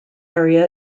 area